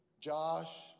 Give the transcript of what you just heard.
Josh